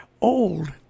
old